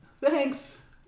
Thanks